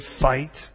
fight